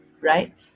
Right